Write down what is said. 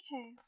Okay